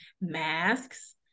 masks